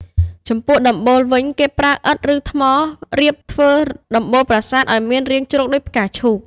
ចំពោះដំបូល វិញ គេប្រើឥដ្ឋ ឬថ្មរៀបធ្វើដំបូលប្រាសាទឱ្យមានរាងជ្រុងដូចផ្កាឈូក។